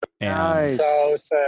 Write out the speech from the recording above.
Nice